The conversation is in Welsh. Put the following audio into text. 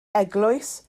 eglwys